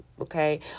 okay